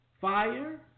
fire